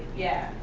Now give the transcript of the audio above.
yeah,